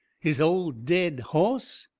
his old dead hoss?